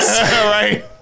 Right